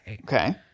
Okay